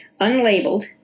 unlabeled